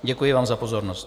Děkuji vám za pozornost.